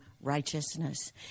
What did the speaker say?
righteousness